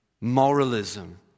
moralism